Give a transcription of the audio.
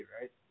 right